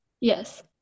Yes